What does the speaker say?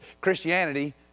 Christianity